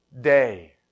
day